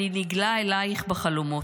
אני נגלה אלייך בחלומות,